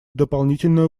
дополнительную